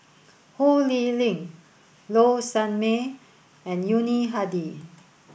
Ho Lee Ling Low Sanmay and Yuni Hadi